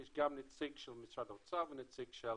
גם נציג של משרד האוצר וגם נציג של